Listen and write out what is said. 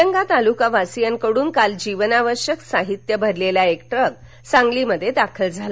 निलंगा तालुकावासीयांकडून काल जीवनावश्यक साहित्य भरलेला ट्रक सांगलीत दाखल झाला